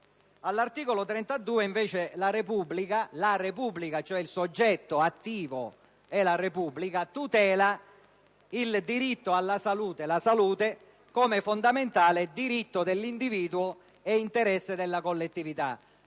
All'articolo 32, invece, la Repubblica, cioè il soggetto attivo, tutela il diritto alla salute come fondamentale diritto dell'individuo ed interesse della collettività.